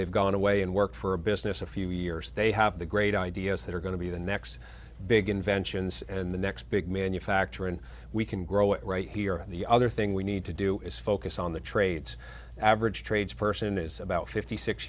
they've gone away and work for a business a few years they have the great ideas that are going to be the next big inventions and the next big manufacturer and we can grow it right here and the other thing we need to do is focus on the trades average trades person is about fifty six